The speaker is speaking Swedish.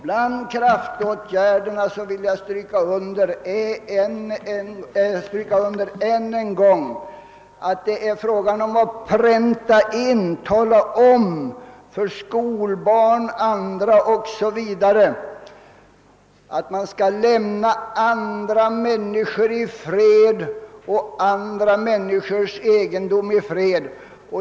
Bland kraftåtgärderna vill jag än en gång stryka under, att det gäller att pränta in och tala om för skolbarn och andra, att man skall lämna andra människor i fred liksom även andra människors egendom.